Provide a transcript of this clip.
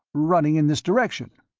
running in this direction.